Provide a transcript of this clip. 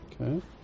Okay